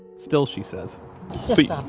still she says so yeah